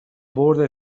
برد